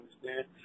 understand